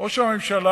ראש הממשלה,